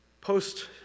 post